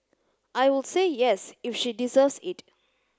I would say yes if she deserves it